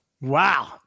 Wow